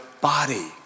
body